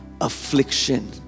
affliction